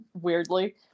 weirdly